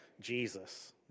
Jesus